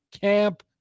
camp